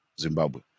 Zimbabwe